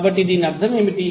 కాబట్టి దీని అర్థం ఏమిటి